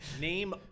Name